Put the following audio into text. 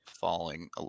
falling